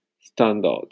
standard